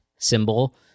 Symbol